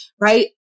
Right